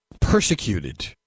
persecuted